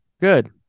good